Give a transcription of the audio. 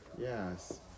Yes